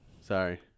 Sorry